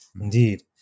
Indeed